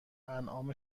انعام